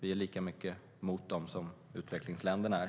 Vi är lika mycket emot dem som utvecklingsländerna är.